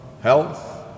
health